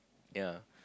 yea